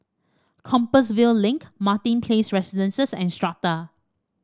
Compassvale Link Martin Place Residences and Strata